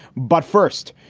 but first,